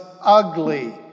ugly